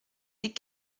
des